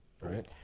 right